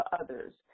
others